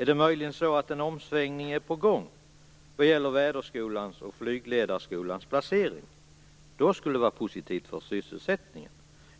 Är möjligen en omsvängning på gång vad gäller väderskolans och flygledarskolans placering? Det skulle vara positivt för sysselsättningen.